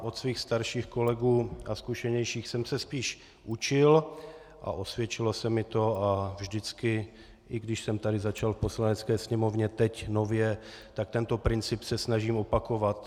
Od svých starších a zkušenějších kolegů jsem se spíš učil a osvědčilo se mi to a vždycky, i když jsem tady začal v Poslanecké sněmovně teď nově, tak tento princip se snažím opakovat.